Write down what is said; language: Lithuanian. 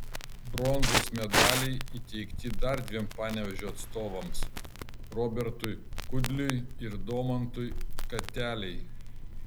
bronzos medaliai įteikti dar dviem panevėžio atstovams robertui kudliui ir domantui katelei